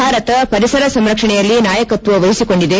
ಭಾರತ ಪರಿಸರ ಸಂರಕ್ಷಣೆಯಲ್ಲಿ ನಾಯಕತ್ವ ವಹಿಸಿಕೊಂಡಿದೆ